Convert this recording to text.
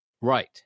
Right